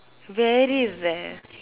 very rare